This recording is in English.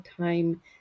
time